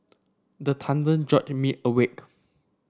the thunder jolt me awake